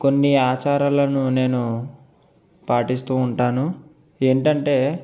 కొన్ని ఆచారాలను నేను పాటిస్తూ ఉంటాను ఏంటంటే